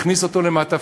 הכניס אותו למעטפה,